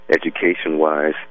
education-wise